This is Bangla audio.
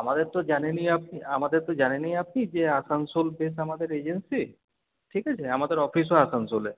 আমাদের তো জানেনই আপনি আমাদের তো জানেনই আপনি যে আসানসোল বেস আমাদের এজেন্সি ঠিক আছে আমাদের অফিসও আসানসোলে